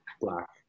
Black